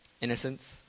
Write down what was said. Innocence